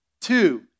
Two